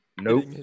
Nope